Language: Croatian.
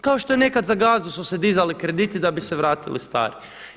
Kao što je nekad za gazdu su se dizali krediti, da bi se vratili stari.